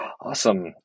Awesome